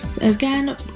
Again